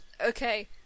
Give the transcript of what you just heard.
Okay